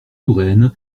touraine